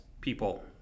people